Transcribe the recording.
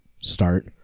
start